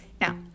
Now